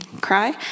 cry